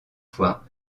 fois